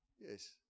Yes